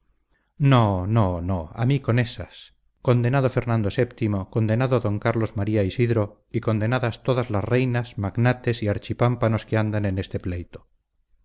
no no no a mí con ésas condenado fernando vii condenado d carlos maría isidro y condenadas todas las reinas magnates y archipámpanos que andan en este pleito